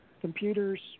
Computers